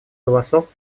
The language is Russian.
голосов